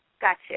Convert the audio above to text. Gotcha